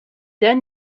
done